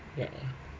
ya